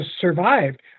survived